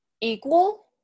equal